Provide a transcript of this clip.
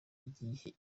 ikihe